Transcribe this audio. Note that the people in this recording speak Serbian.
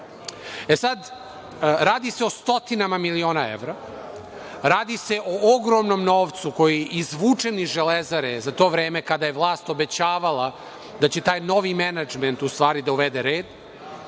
toga. Radi se o stotinama miliona evra. Radi se ogromnom novcu koji je izvučen iz „Železare“ za to vreme kada je vlast obećavala da će taj novi menadžment da uvede red,